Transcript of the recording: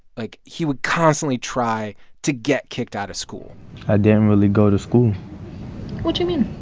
like, he would constantly try to get kicked out of school i didn't really go to school what do mean?